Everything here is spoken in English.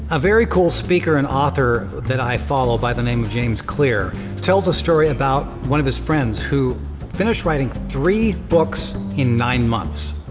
a very cool speaker and author that i follow by the name of james clear, tells a story about one of his friends, who finished writing three books in nine months.